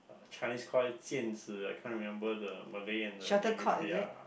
Chinese call it I can't remember the Malay and the English ya